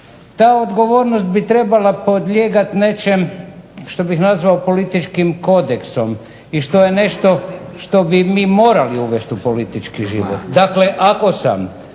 Ta odgovornost bi trebala podlijegati nečem što bih nazvao političkim kodeksom i što je nešto što bi mi morali uvesti u politički život. Dakle, ako sam